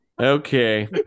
Okay